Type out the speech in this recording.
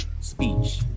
speech